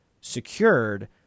secured